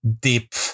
deep